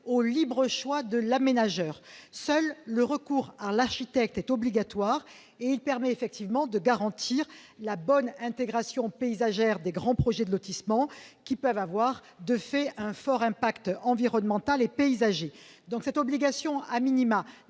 libre choix de l'aménageur. Seul le recours à l'architecte est obligatoire. Il permet en effet de garantir la bonne intégration paysagère des grands projets de lotissement, qui peuvent, de fait, avoir un fort impact environnemental et paysager. Il me semble que